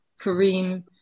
Kareem